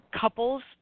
couples